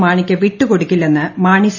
മാണിക്ക് വിട്ടുകൊടുക്കില്ലെന്ന് മാണി സി